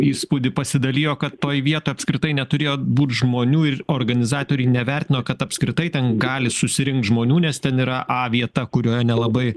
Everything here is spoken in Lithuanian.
įspūdį pasidalijo kad toj vietoj apskritai neturėjo būt žmonių ir organizatoriai nevertino kad apskritai ten gali susirinkt žmonių nes ten yra a vieta kurioje nelabai